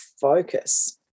focus